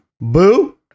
Boo